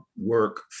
work